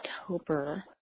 October